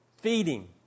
Feeding